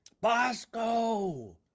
Bosco